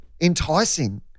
enticing